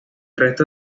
resto